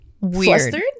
weird